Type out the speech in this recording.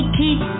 keep